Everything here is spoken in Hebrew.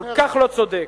כל כך לא צודק,